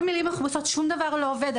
שום דבר לא עובד.